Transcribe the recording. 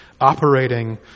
operating